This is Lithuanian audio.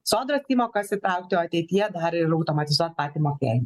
sodros įmokas įtraukti o ateityje dar ir automatizuot patį mokėjimą